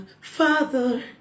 Father